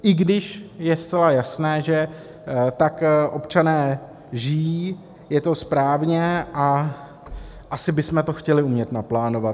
I když je zcela jasné, že tak občané žijí, je to správně a asi bychom to chtěli umět naplánovat.